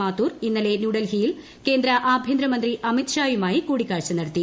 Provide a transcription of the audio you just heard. മാത്തൂർ ഇന്നലെ ന്യൂഡൽഹിയിൽ കേന്ദ്ര ആഭ്യന്തരമന്ത്രി അമിത്ഷായുമായി കൂടിക്കാഴ്ച നടത്തി